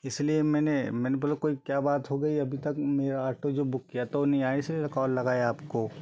इसीलिए मैंने मैंने बोला कोई क्या बात हो गई अभी तक मेरा आटो जो बुक किया था वो नहीं आया इसीलिए कॉल लगाया आपको